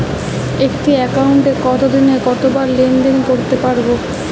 একটি একাউন্টে একদিনে কতবার লেনদেন করতে পারব?